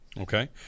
Okay